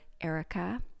erica